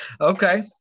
Okay